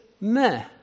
meh